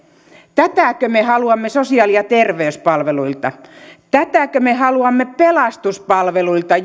tätäkö me haluamme sosiaali ja terveyspalveluilta tätäkö me haluamme pelastuspalveluilta